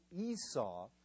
Esau